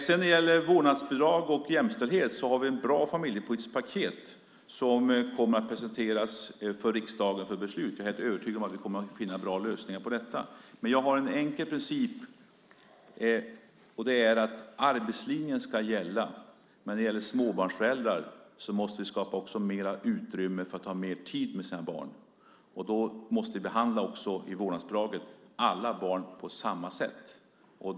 När det sedan gäller vårdnadsbidrag och jämställdhet har vi ett bra familjepolitiskt paket som kommer att presenteras för riksdagen för beslut, och jag är helt övertygad om att vi kommer att finna bra lösningar på detta. Men jag har en enkel princip, och det är att arbetslinjen ska gälla. När det gäller småbarnsföräldrar måste vi också skapa utrymme för att de ska få mer tid med sina barn, och då måste vi i vårdnadsbidraget behandla alla barn på samma sätt.